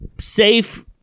safe